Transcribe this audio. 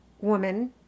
woman